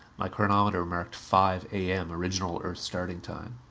my chronometer marked five a m. original earth starting time.